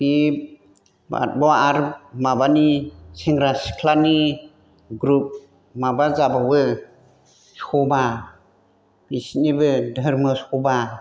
बे आरोबाव माबानि सेंग्रा सिख्लानि ग्रुप माबा जाबावो सभा बिसिनिबो धोरोम सभा